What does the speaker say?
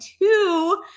two